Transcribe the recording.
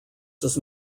does